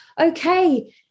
okay